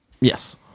Yes